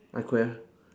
I could have